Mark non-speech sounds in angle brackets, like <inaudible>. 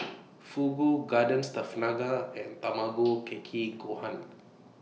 <noise> Fugu Garden Stuff Naga and Tamago <noise> Kake Gohan